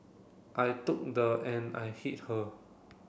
I took the and I hit her